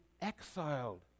exiled